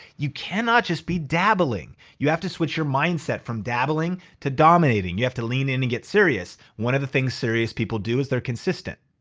you cannot just be dabbling. you have to switch your mindset from dabbling to dominating. you have to lean in and get serious. one of the things serious people do is they're consistent.